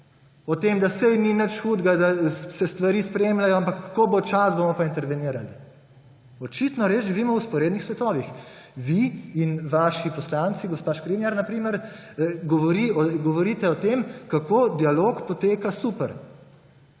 o tem, da saj ni nič hudega, da se stvari spremljajo, ampak ko bo čas, bomo pa intervenirali. Očitno res živimo v vzporednih svetovih. Vi in vaši poslanci, gospa Škrinjar na primer, govorite o tem, kako dialog poteka super,